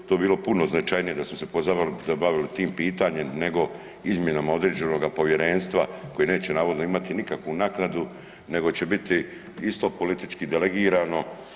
To bi bilo puno značajnije da smo se pozabavili tim pitanjem, nego izmjenama određenoga Povjerenstva koje neće navodno imati nikakvu naknadu nego će biti isto politički delegirano.